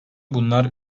bunlar